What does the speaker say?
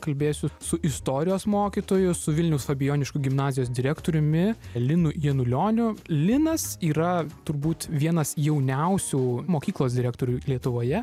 kalbėsiu su istorijos mokytoju su vilniaus fabijoniškių gimnazijos direktoriumi linu janulioniu linas yra turbūt vienas jauniausių mokyklos direktorių lietuvoje